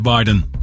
Biden